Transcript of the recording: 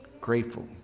grateful